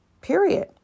period